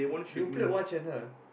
you played what channel